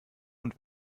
und